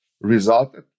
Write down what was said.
resulted